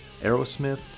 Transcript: Aerosmith